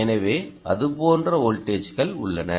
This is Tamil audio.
எனவே அது போன்ற வோல்டேஜ்கள் உள்ளன